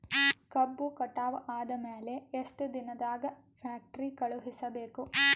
ಕಬ್ಬು ಕಟಾವ ಆದ ಮ್ಯಾಲೆ ಎಷ್ಟು ದಿನದಾಗ ಫ್ಯಾಕ್ಟರಿ ಕಳುಹಿಸಬೇಕು?